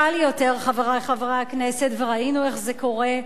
קל יותר, חברי חברי הכנסת, וראינו איך זה קורה,